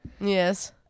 Yes